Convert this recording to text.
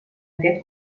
aquest